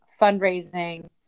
fundraising